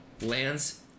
lands